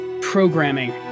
programming